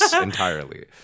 entirely